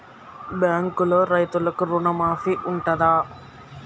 బ్యాంకులో రైతులకు రుణమాఫీ ఉంటదా?